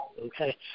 okay